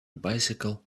bicycle